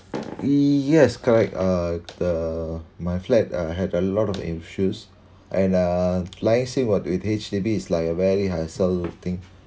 yes correct uh the my flat uh had a lot of issues and uh liaising with H_D_B is like a very hassle thing